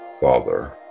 Father